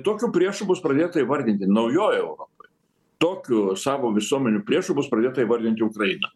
tokiu priešu bus pradėta įvardyti naujojoj europoje tokiu savo visuomenių priešu bus pradėta įvardinti ukraina